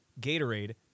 Gatorade